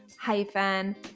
hyphen